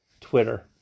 Twitter